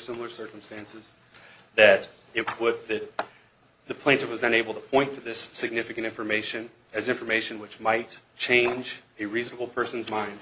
similar circumstances that it put the plaintiff was unable to point to this significant information as information which might change a reasonable person's mind